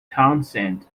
townsend